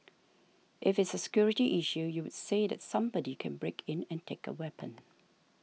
if it's security issue you would say that somebody can break in and take a weapon